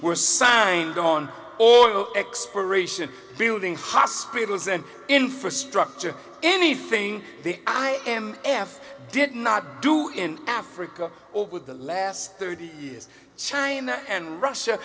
were signed on oil exploration building hospitals and infrastructure anything the i m f did not do in africa with the last thirty years china and russia